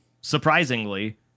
surprisingly